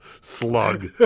slug